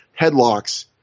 headlocks